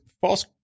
False